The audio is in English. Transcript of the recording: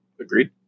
Agreed